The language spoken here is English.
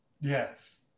Yes